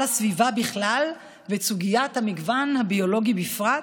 הסביבה בכלל ואת סוגיית המגוון הביולוגי בפרט?